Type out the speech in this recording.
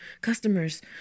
customers